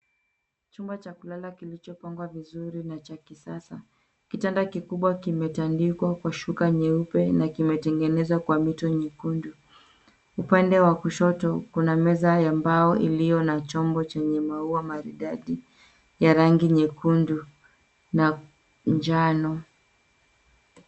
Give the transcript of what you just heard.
Chumba cha kulala kilichopangwa vizuri na cha kisasa. Kitanda kikubwa kimetandikwa kwa shuka nyeupe na kimetengenezwa kwa mito nyekundu. Upande wa kushoto, kuna meza ya mbao iliyo na chombo chenye maua maridadi ya rangi nyekundu na njano.